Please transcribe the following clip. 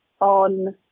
on